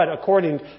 according